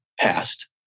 past